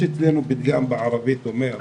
יש אצלנו פתגם בערבית שאומר: